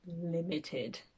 limited